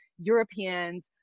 Europeans